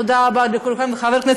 תודה רבה לכולכם.